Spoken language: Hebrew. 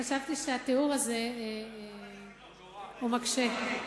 חשבתי שהתיאור הזה הוא מקשה.